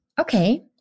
Okay